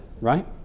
right